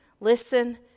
listen